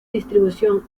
distribución